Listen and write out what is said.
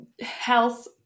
health